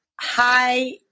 hi